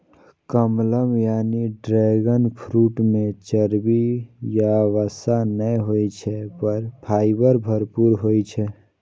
कमलम यानी dragon fruit मे चर्बी या वसा नै होइ छै, पर फाइबर भरपूर होइ छै